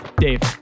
Dave